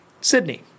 Sydney